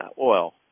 oil